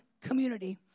community